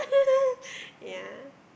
yeah